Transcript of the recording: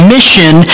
mission